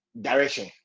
direction